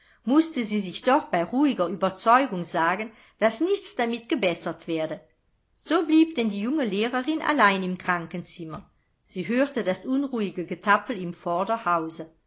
mußte sie sich doch bei ruhiger ueberzeugung sagen daß nichts damit gebessert werde so blieb denn die junge lehrerin allein im krankenzimmer sie hörte das unruhige getappel im vorderhause